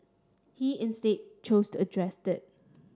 he instead chose to address it